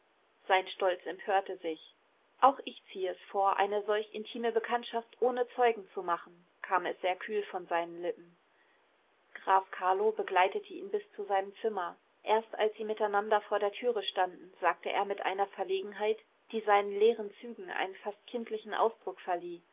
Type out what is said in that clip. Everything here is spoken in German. sein stolz empörte sich auch ich ziehe es vor eine solch intime bekanntschaft ohne zeugen zu machen kam es sehr kühl von seinen lippen graf carlo begleitete ihn bis zu seinem zimmer erst als sie miteinander vor der türe standen sagte er mit einer verlegenheit die seinen leeren zügen einen fast kindlichen ausdruck verlieh